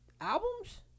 Albums